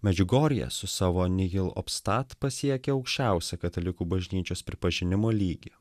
medžiugorjė su savo nihil obstat pasiekė aukščiausią katalikų bažnyčios pripažinimo lygį